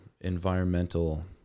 environmental